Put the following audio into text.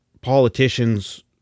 politicians